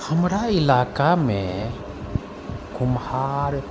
हमरा इलाकामे कुम्हार